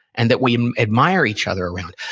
and that we admire each other around.